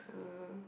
um